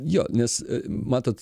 jo nes matot